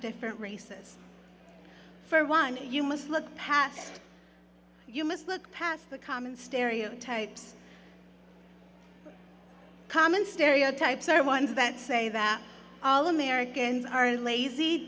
different races for one you must look past you must look past the common stereotypes common stereotypes are the ones that say that all americans are lazy